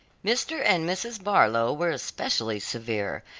mr. and mrs. barlow were especially severe,